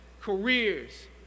careers